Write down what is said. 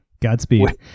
godspeed